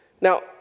Now